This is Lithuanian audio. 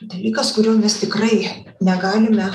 dalykas kurio mes tikrai negalime